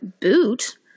boot